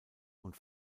und